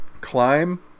climb